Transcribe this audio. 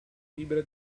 fibra